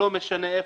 לא משנה איפה,